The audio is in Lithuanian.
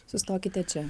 sustokite čia